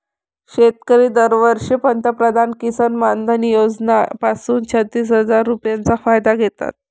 शेतकरी दरवर्षी पंतप्रधान किसन मानधन योजना पासून छत्तीस हजार रुपयांचा फायदा घेतात